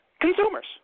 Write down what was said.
Consumers